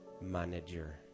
manager